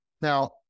Now